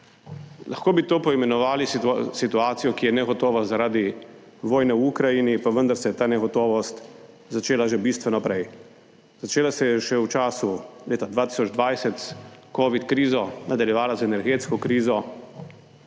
Lahko bi to poimenovali situacijo, ki je negotova zaradi vojne v Ukrajini, pa vendar se je ta negotovost začela že bistveno prej. Začela se je še v času leta 2020 s covid krizo, nadaljevala z energetsko krizo,